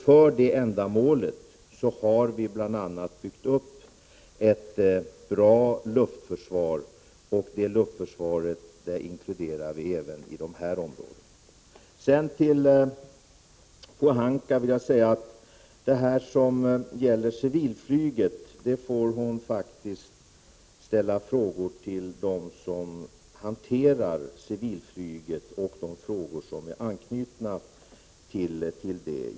För detta ändamål har vi bl.a. byggt upp ett bra luftförsvar, och till detta luftförsvars försvarsområden hör även detta område i Dalarna. De frågor Ragnhild Pohanka ställde om civilflyget får hon faktiskt ställa till dem som hanterar frågor om civilflyget och frågor som är knutna till detta.